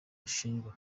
ashinjwa